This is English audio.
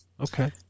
Okay